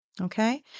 Okay